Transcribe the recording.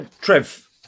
Trev